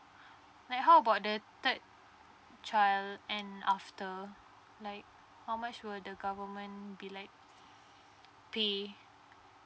like how about the third child and after like how much will the government be like pay